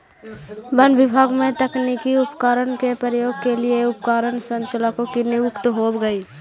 वन विभाग में तकनीकी उपकरणों के प्रयोग के लिए उपकरण संचालकों की नियुक्ति होवअ हई